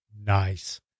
Nice